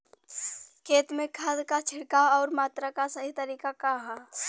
खेत में खाद क छिड़काव अउर मात्रा क सही तरीका का ह?